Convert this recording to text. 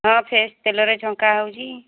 ହଁ ଫ୍ରେସ୍ ତେଲରେ ଛଙ୍କା ହେଉଛି